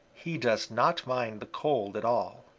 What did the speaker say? he does not mind the cold at all.